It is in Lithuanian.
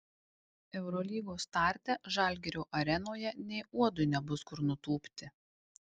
eurolygos starte žalgirio arenoje nė uodui nebus kur nutūpti